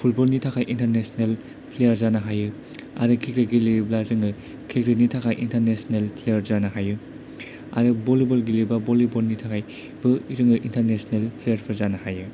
फुटबलनि थाखाय international player जानो हायो आरो क्रिकेट गेलेयोब्ला जोङो क्रिकेटनि थाखाय इन्टारनेसनेल प्लेयार जानो हायो आरो भलिबल गेलेयोबा भलिबल नि थाखायबो जोङो इन्टारनेसनेल प्लेयारफोर जानो हायो